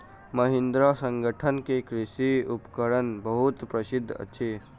महिंद्रा संगठन के कृषि उपकरण बहुत प्रसिद्ध अछि